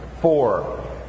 four